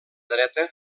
dreta